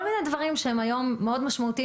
כל מיני דברים שהם היום מאוד משמעותיים,